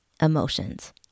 emotions